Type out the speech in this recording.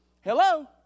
Hello